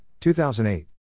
2008